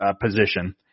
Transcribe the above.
position